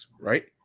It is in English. right